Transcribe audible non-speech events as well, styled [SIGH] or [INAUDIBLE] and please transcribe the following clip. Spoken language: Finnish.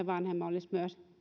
[UNINTELLIGIBLE] vanhemman olisi myös